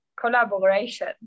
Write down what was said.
collaboration